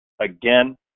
Again